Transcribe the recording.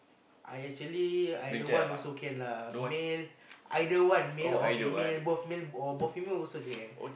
I actually either one also can lah male either one male or female both male or both female also can